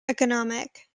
economic